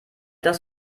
das